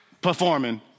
performing